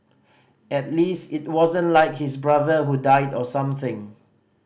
at least it wasn't like his brother who died or something